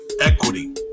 equity